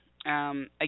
Again